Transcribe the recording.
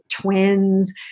twins